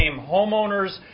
homeowners